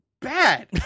bad